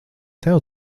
tev